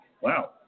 Wow